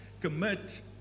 commit